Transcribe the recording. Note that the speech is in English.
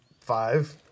Five